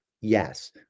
Yes